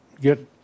get